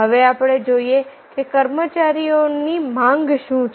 હવે આપણે જોઈએ કે કર્મચારીઓની માંગ શું છે